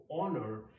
honor